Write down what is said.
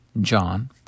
John